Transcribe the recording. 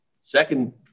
Second